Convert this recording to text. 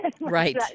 Right